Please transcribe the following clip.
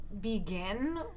begin